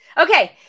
Okay